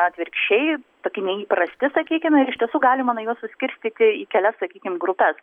atvirkščiai tokie neįprasti sakykime ir iš tiesų galima na juos suskirstyti į kelias sakykim grupes